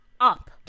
up